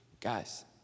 Guys